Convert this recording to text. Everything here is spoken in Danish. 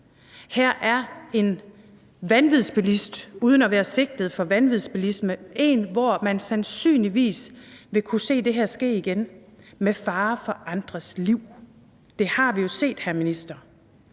her er en vanvidsbilist uden at være sigtet for vanvidsbilisme, en, hvor man sandsynligvis vil kunne se det her ske igen med fare for andres liv? Det har vi jo set, hr. minister.